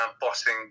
bossing